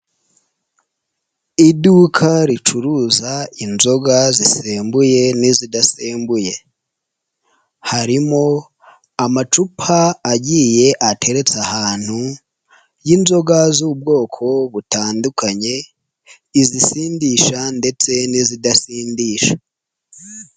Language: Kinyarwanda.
Iduka ricuruza inzoga zisembuye n'izidasembuye, harimo amacupa agiye ateretse ahantu y'inzoga z'ubwoko butandukanye, izisindisha ndetse n'izidasindisha.